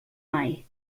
mai